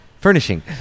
furnishing